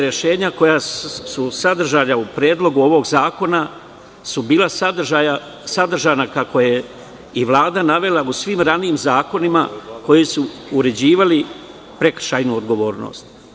Rešenja koja su sadržana u Predlogu ovog zakona su bila sadržana, kako je i Vlada navela, u svim ranijim zakonima koji su uređivali prekršajnu odgovornost.